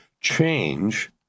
change